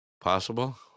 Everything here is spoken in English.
possible